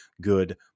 good